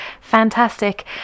fantastic